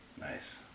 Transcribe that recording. Nice